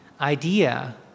idea